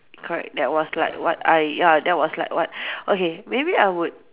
correct that was like what I ya that was like what okay maybe I would